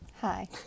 Hi